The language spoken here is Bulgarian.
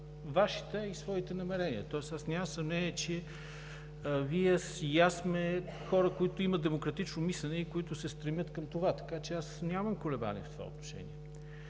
Вашите и своите намерения, тоест нямам съмнения, че Вие и аз сме хора, които имат демократично мислене и които се стремят към това, така че аз нямам колебания в това отношение.